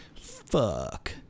fuck